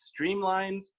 streamlines